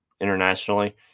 internationally